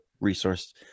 resource